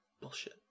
Bullshit